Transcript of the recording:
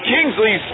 Kingsley